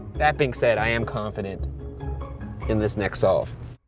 that being said, i am confident in this next solve.